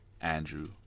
Andrew